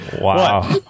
Wow